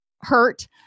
hurt